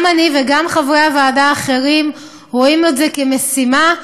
גם אני וגם חברי הוועדה האחרים רואים את זה כמשימה.